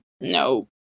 No